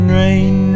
rain